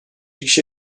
kişi